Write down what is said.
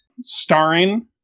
Starring